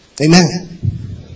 Amen